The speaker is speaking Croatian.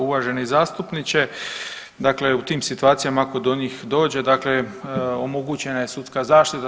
Uvaženi zastupniče, dakle u tim situacijama ako do njih dođe, dakle omogućena je sudska zaštita.